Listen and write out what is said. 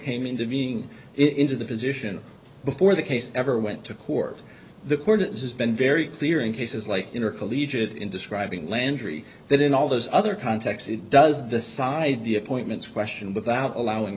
came into being it into the position before the case ever went to court the court has been very clear in cases like intercollegiate in describing landry that in all those other contexts it does decide the appointments question without allowing